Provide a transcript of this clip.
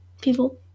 people